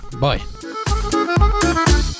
Bye